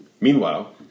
meanwhile